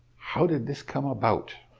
how did this come about?